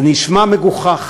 זה נשמע מגוחך,